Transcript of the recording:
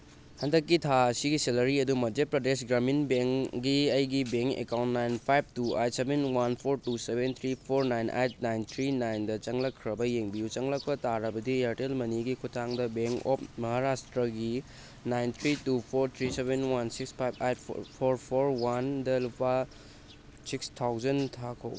ꯍꯟꯗꯛꯀꯤ ꯊꯥ ꯑꯁꯤꯒꯤ ꯁꯦꯂꯔꯤ ꯑꯗꯨ ꯃꯩꯙ꯭ꯌ ꯄ꯭ꯔꯗꯦꯁ ꯒ꯭ꯔꯃꯤꯟ ꯕꯦꯡꯒꯤ ꯑꯩꯒꯤ bank account nine five two eight seven one four two seven three four nine eight nine three ꯅꯥꯏꯟꯗ ꯆꯪꯂꯛꯈ꯭ꯔꯕ ꯌꯦꯡꯕꯤꯌꯨ ꯆꯪꯂꯛꯄ ꯇꯥꯔꯕꯗꯤ ꯑꯦꯌꯔꯇꯦꯜ ꯃꯅꯤꯒꯤ ꯈꯨꯊꯥꯡꯗ ꯕꯦꯡ ꯑꯣꯐ ꯃꯍꯥꯔꯥꯁꯇ꯭ꯔꯒꯤ nine three two four three seven one six five eight four four ꯋꯥꯟꯗ ꯂꯨꯄꯥ ꯁꯤꯛꯁ ꯊꯥꯎꯖꯟ ꯊꯥꯈꯣ